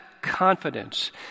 confidence